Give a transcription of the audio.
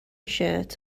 shirt